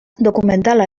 dokumentala